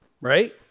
right